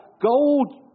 gold